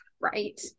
Right